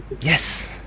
Yes